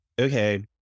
okay